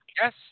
Yes